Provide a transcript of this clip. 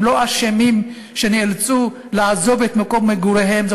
הם לא אשמים שהם נאלצו לעזוב את מקום מגוריהם.